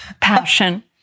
Passion